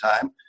time